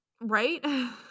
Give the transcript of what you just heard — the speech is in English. Right